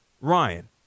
Ryan